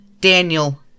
daniel